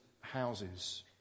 houses